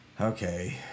okay